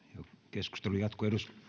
keskustelu jatkuu